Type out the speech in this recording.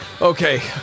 Okay